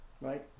right